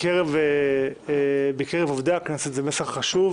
מקרב עובדי הכנסת, הוא מסר חשוב